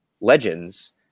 legends